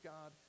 God